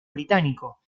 británico